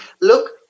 look